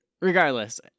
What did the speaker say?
regardless